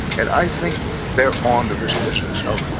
and i think they're onto this business of,